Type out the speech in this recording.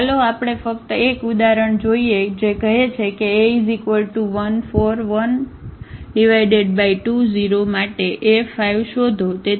તેથી ચાલો આપણે ફક્ત એક ઉદાહરણ જોઈએ જે કહે છે કેA1 4 12 0 માટે A5 શોધો